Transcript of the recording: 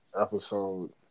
episode